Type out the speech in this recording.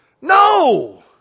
No